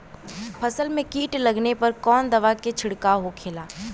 फसल में कीट लगने पर कौन दवा के छिड़काव होखेला?